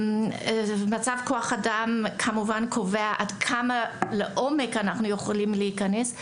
מצב כוח האדם כמובן קובע עד כמה לעומק אנחנו יכולים להיכנס.